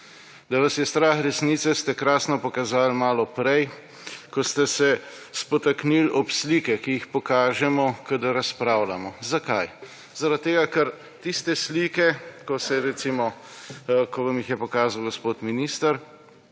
Da vas je strah resnice, ste krasno pokazali malo prej, ko ste se spotaknili ob slike, ki jih pokažemo, kadar razpravljamo. Zakaj? Zaradi tega, ker tiste slike, recimo, ko vam jih je pokazal gospod minister,